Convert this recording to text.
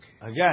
again